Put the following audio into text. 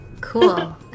Cool